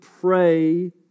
pray